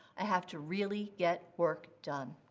i have to really get work done.